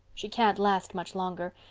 she can't last much longer.